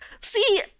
See